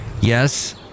Yes